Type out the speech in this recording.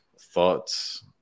Thoughts